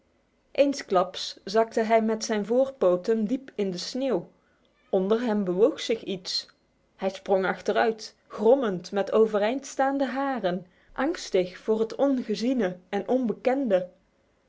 eensklaps zakte hij met zijn voorpoten diep in de sneeuw onder hem bewoog zich iets hij sprong achteruit grommend met overeind staande haren angstig voor het ongeziene en onbekende